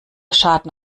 schaden